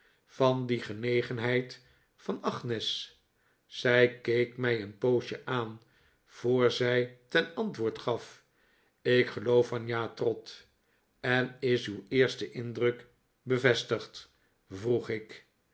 van die genegenheid van agnes zij keek mij een poosje aan voor zij ten antwoord gaf ik geloof van ja trot en is uw eerste indruk bevestigd vroeg ik